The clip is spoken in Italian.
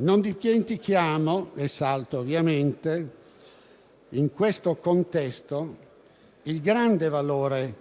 Non dimentichiamo in questo contesto il grande valore